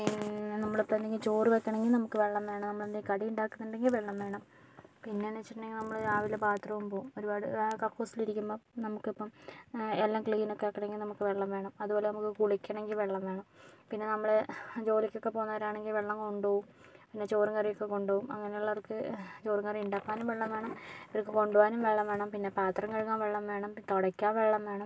പിന്നെ നമ്മളിപ്പോൾ എന്തെങ്കിലും ചോറ് വെക്കണെങ്കിൽ നമുക്ക് വെള്ളം വേണം നമ്മള് എന്തെങ്കിലും കടി ഉണ്ടാക്കുന്നുണ്ടെങ്കിൽ വെള്ളം വേണം പിന്നെന്ന് വെച്ചിട്ടുണ്ടെങ്കിൽ നമ്മള് രാവിലെ ബാത്റൂമിൽ പോകും ഒരുപാട് കക്കൂസിലിരിക്കുമ്പം നമുക്കിപ്പം എല്ലാം ക്ലീനൊക്കെ ആക്കണമെങ്കിൽ നമുക്ക് വെള്ളം വേണം അത് പോലെ നമുക്ക് കുളിക്കണമെങ്കിൽ വെള്ളം വേണം പിന്നെ നമ്മള് ജോലിക്കൊക്കെ പോകുന്നവരാണെങ്കിൽ വെള്ളം കൊണ്ട് പോകും പിന്നെ ചോറും കറിയും ഒക്കെ കൊണ്ട് പോകും അങ്ങനെയുള്ളവർക്ക് ചോറ് കറി ഉണ്ടാക്കാനും വെള്ളം വേണം കൊണ്ട് പോകാനും വെള്ളം വേണം പിന്നെ പാത്രം കഴുകാൻ വെള്ളം വേണം തുടയ്ക്കാൻ വെള്ളം വേണം